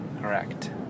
Correct